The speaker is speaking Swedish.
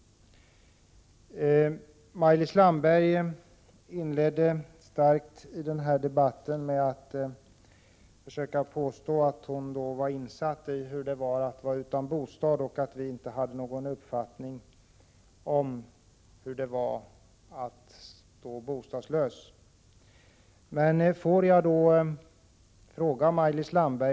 Maj-Lis Landberg inledde sitt anförande starkt med att påstå att hon är insatt i hur det är att vara utan bostad och att de borgerliga inte har någon uppfattning om hur de bostadslösa har det.